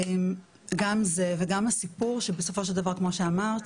גם זה וגם הסיפור שבסופו של דבר כמו שאמרת,